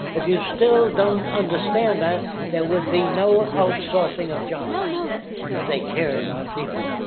if you still don't understand that there would be no outsourcing of jobs if they cared about people.